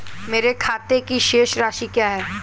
मेरे खाते की शेष राशि क्या है?